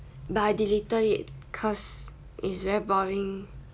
but I deleted it cause it's very boring